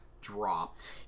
dropped